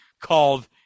called